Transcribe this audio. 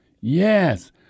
Yes